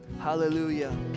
Hallelujah